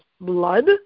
blood